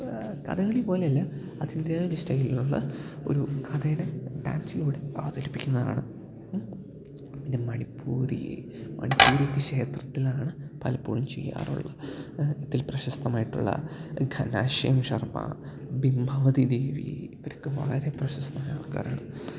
കഥകളി പോലെയല്ല അതിൻ്റെ ഒരു സ്റ്റൈലിൽ ഉള്ള ഒരു കഥേനെ ഡാൻസിലൂടെ അവതരിപ്പിക്കുന്നതാണ് പിന്നെ മണിപ്പൂരിയെ മണിപ്പൂരിയൊക്കെ ക്ഷേത്രത്തിലാണ് പലപ്പോഴും ചെയ്യാറുള്ളത് ഇതിൽ പ്രശസ്തമായിട്ടുള്ള ഖനാശ്യം ശർമ്മ ബിംഭാവതീ ദേവി ഇവരൊക്കെ വളരെ പ്രശസ്തരായ ആൾക്കാരാണ്